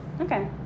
okay